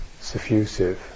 suffusive